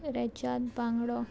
रेच्याद बांगडो